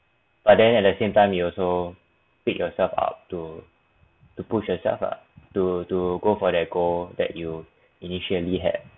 but then at the same time you also pick yourself up to to push yourself lah to to go for that goal that you initially had